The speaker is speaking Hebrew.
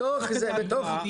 תוך כדי הקראה,